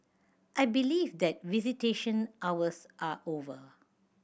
I believe that visitation hours are over